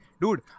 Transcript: Dude